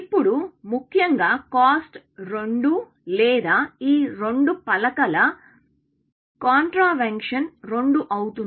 ఇప్పుడు ముఖ్యంగా కాస్ట్ 2 లేదా ఈ రెండు పలకల కాంట్రావెన్షన్ 2 అవుతుంది